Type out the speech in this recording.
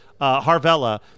Harvella